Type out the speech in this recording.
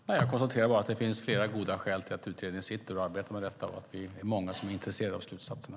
Herr talman! Jag konstaterar bara att det finns flera goda skäl till att utredningen arbetar med dessa frågor. Vi är många som är intresserade av slutsatserna.